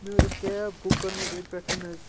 مےٚ حظ ٲس کیب بُک کٔرمٕژ ییٚتہِ پٮ۪ٹھ حظ